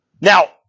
Now